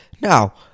Now